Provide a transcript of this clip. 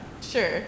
sure